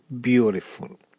beautiful